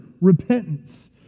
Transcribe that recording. repentance